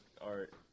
art